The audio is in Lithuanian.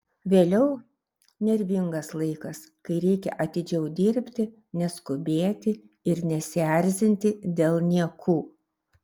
vėliau nervingas laikas kai reikia atidžiau dirbti neskubėti ir nesierzinti dėl niekų